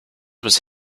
was